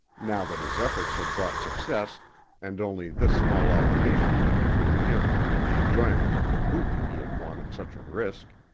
now that his efforts had brought success and only this small obligation lay between him and the enjoyment of the booty he had won at such a risk.